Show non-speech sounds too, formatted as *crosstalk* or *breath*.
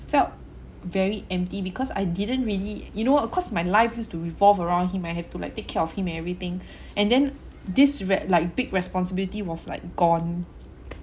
felt very empty because I didn't really you know uh cause my life used to revolve around him I have to like take care of him everything *breath* and then this re~ like big responsibility was like gone